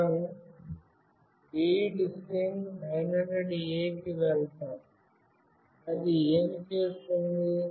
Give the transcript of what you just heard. మనం readsim900A కి వెళ్దాం అది ఏమి చేస్తుంది